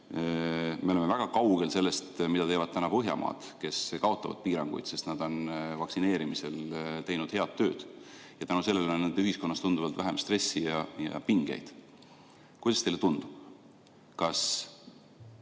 Me oleme väga kaugel sellest, mida teevad täna Põhjamaad, kes kaotavad piiranguid, sest nad on vaktsineerimisel teinud head tööd ja tänu sellele on ühiskonnas tunduvalt vähem stressi ja pingeid. Kuidas teile tundub, kas